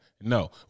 No